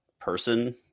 person